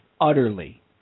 utterly